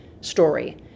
story